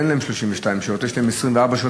אין להן 32. יש להם 24 שעות.